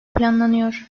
planlanıyor